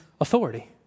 authority